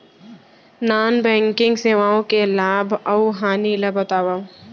non banking सेवाओं के लाभ अऊ हानि ला बतावव